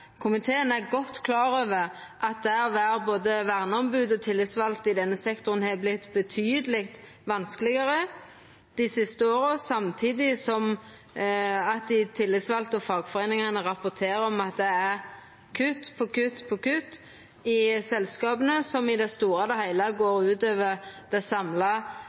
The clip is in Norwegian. Komiteen er godt klar over at det å vera både verneombod og tillitsvald i denne sektoren har vorte betydeleg vanskelegare dei siste åra, samtidig som dei tillitsvalde og fagforeiningane rapporterer om at det er kutt på kutt på kutt i selskapa, noko som i det store og heile går ut over det samla